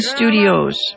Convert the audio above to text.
Studios